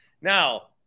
Now